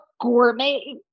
gourmet